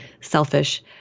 selfish